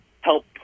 help